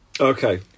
Okay